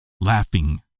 laughing